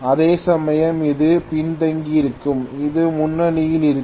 அதேசமயம் இது பின்தங்கியிருக்கும் இது முன்னணியில் இருக்கும்